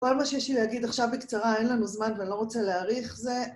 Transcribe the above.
כל מה שיש לי להגיד עכשיו בקצרה, אין לנו זמן ואני לא רוצה להאריך זה.